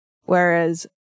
Whereas